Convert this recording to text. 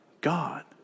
God